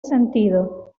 sentido